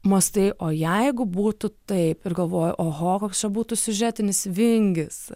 mąstai o jeigu būtų taip ir galvoju oho koks čia būtų siužetinis vingis